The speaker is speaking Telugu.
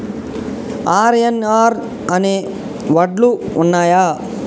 ఆర్.ఎన్.ఆర్ అనే వడ్లు ఉన్నయా?